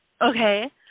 Okay